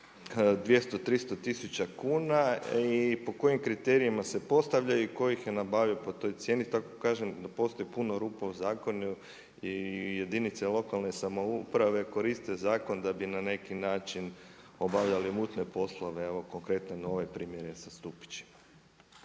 200, 300 tisuća kuna i po kojim kriterijima se postavljaju i tko ih je nabavio po toj cijeni. Tako kažem da postoji puno rupa u zakonu i jedinice lokalne samouprave koriste zakon da bi na neki način obavljale mutne poslove, evo konkretno ovaj primjer je sa stupićima.